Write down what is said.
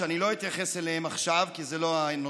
שאני לא אתייחס אליהם עכשיו כי זה לא הנושא,